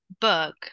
book –